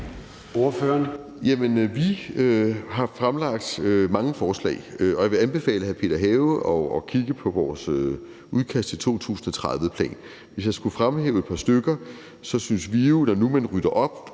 (RV): Jamen vi har fremlagt mange forslag, og jeg vil anbefale hr. Peter Have at kigge på vores udkast til en 2030-plan. Hvis jeg skulle fremhæve et par ting, synes vi jo, at når nu man rydder op